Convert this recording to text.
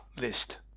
list